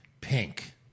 pink